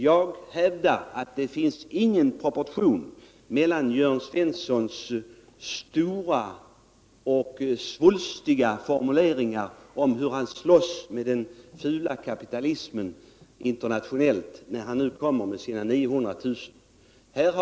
Jag hävdar att det finns ingen proportion mellan Jörn Svenssons stora och svulstiga formuleringar om hur han slåss med den fula internationella kapitalismen när han nu kommer med sina 900 000 kr.